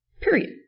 Period